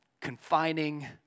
confining